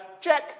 check